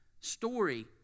story